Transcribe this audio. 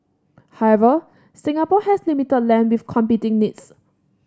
however Singapore has limited land with competing needs